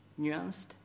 nuanced